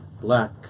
black